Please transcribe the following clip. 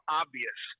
obvious